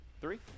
three